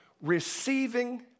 Receiving